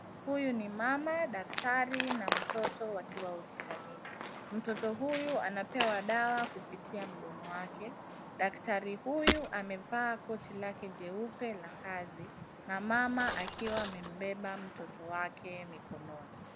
Huyu ni mama, daktari na mtoto wakiwa hospitalini. Mtoto huyu anapewa dawa kupitia mdomo wake. Daktari huyu amevaa koti lake jeupe la kazi na mama akiwa amembeba mtoto wake mikononi.